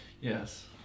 Yes